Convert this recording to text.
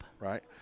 Right